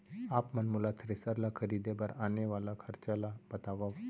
आप मन मोला थ्रेसर ल खरीदे बर आने वाला खरचा ल बतावव?